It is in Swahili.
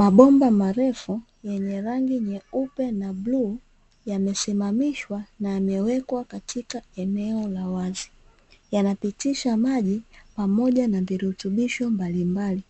Mabomba marefu yenye rangi nyeupe na bluu yamesimamishwa na yamewekwa katika eneo la wazi, yanapitisha maji pamoja na virutubisho mbalimbali,